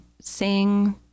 sing